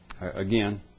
again